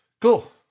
Cool